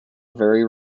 very